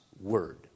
word